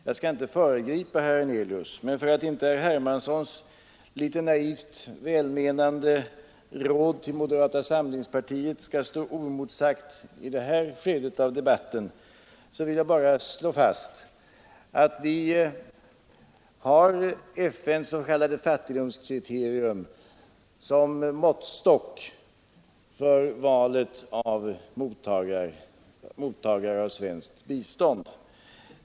Jag skall inte föregripa herr Hernelius, men för att inte herr Hermanssons litet naivt välmenande råd till moderata samlingspartiet skall stå oemotsagt i det här skedet av debatten vill jag slå fast, att vi har FN:s s.k. fattigdomskriterium som måttstock för valet av mottagare av svenskt bistånd.